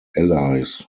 allies